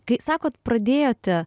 kai sakot pradėjote